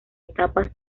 etapas